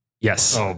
Yes